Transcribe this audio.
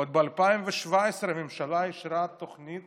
עוד ב-2017 הממשלה אישרה תוכנית